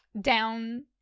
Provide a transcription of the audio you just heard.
down